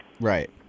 Right